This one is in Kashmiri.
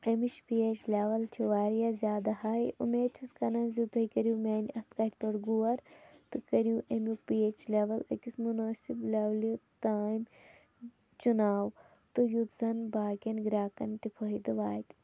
اَمِچ بیج لٮ۪وَل چھِ واریاہ زیادٕ ہاے اُمید چھُس کران زِ تُہۍ کٔرِو میٛانہِ اَتھ کَتھِ پٮ۪ٹھ غور تہٕ کٔرَو اَمیُک پیچ لٮ۪وَل أکِس مُنٲسِب لٮ۪ولہِ تامۍ چُناو تہٕ یُتھ زَنہٕ باقِیَن گرٛاہکَن تہِ فٲیِدٕ واتہِ